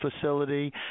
facility